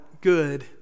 Good